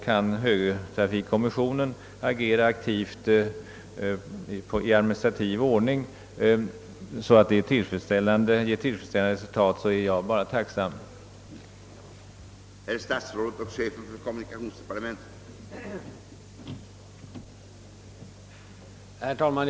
Kan högertrafikkommissionen agera aktivt i administrativ ordning, så att det ger tillfredsställande resultat, tycker jag bara att det är tacknämligt.